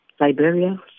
Liberia